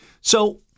So-